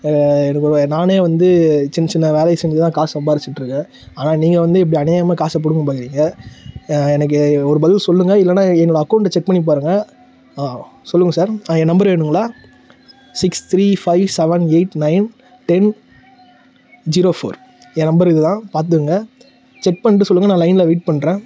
எனக்கு வே நானே வந்து சின்னச் சின்ன வேலையை செஞ்சு தான் காசு சம்பாதிச்சிட்டு இருக்கேன் ஆனால் நீங்கள் வந்து இப்படி அநியாயமா காசை பிடுங்க பார்க்கறீங்க எனக்கு ஒரு பதில் சொல்லுங்கள் இல்லைன்னா என்னோடய அக்கௌண்டு செக் பண்ணி பாருங்கள் சொல்லுங்கள் சார் என் நம்பர் வேணும்ங்களா six three five seven eight nine ten zero four என் நம்பர் இது தான் பார்த்துக்கங்க செக் பண்ணிட்டு சொல்லுங்கள் நான் லைனில் வெயிட் பண்ணுறேன்